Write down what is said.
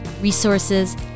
resources